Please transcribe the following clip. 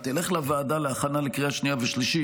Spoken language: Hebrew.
היא תלך לוועדה להכנה לקריאה שנייה ושלישית,